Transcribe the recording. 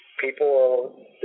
People